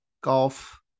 golf